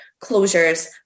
closures